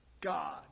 God